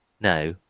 No